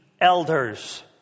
elders